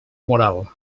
moral